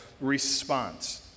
response